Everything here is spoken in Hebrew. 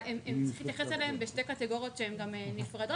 אבל צריך להתייחס אליהן בשתי קטגוריות שהן גם נפרדות,